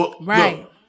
Right